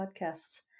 podcasts